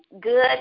good